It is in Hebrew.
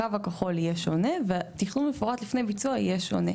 הקו הכחול בו יהיה שונה והתכנון המפורט לפני ביצוע יהיה שונה.